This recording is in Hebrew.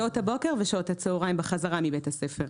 בשעות הבוקר ושעות הצהריים בחזרה מבית הספר.